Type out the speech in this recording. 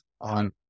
on